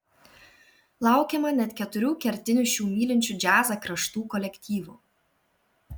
laukiama net keturių kertinių šių mylinčių džiazą kraštų kolektyvų